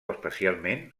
especialment